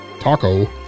Taco